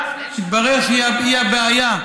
התברר שהיא הבעיה,